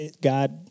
God